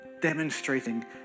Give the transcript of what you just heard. demonstrating